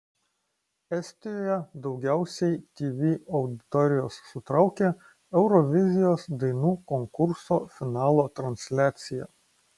estijoje daugiausiai tv auditorijos sutraukė eurovizijos dainų konkurso finalo transliacija